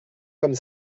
comme